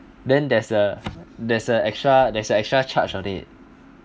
then there's a there's a extra there's a extra charge on it